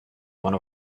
one